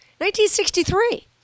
1963